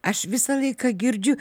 aš visą laiką girdžiu